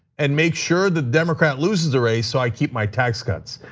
and make sure the democrat loses the race so i keep my tax cuts.